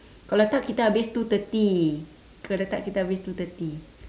kalau tidak kita habis two thirty kalau tidak kita habis two thirty